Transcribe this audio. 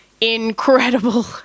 incredible